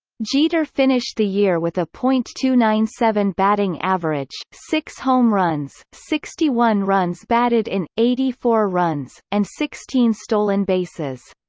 jeter finished the year with a point two nine seven batting average, six home runs, sixty one runs batted in, eighty four runs, and sixteen stolen bases.